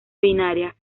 binaria